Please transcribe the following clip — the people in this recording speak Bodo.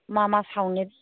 मा मा सावनो